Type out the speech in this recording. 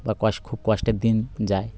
বা ক খুব কষ্টের দিন যায়